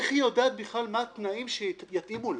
-- איך היא יודעת בכלל מה התנאים שיתאימו לה?